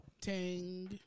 Tang